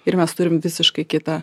ir mes turim visiškai kitą